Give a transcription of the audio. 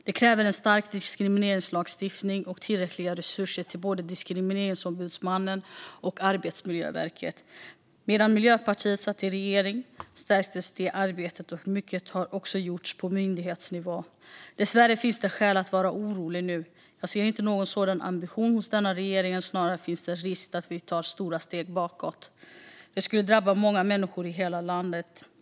Det kräver en stark diskrimineringslagstiftning och tillräckliga resurser till både Diskrimineringsombudsmannen och Arbetsmiljöverket. Medan Miljöpartiet satt i regering stärktes detta arbete. Mycket har också gjorts på myndighetsnivå. Dessvärre finns det skäl att vara orolig nu. Jag ser inte någon sådan ambition hos denna regering. Snarare finns det risk att vi tar stora steg bakåt. Det skulle drabba många människor i hela landet.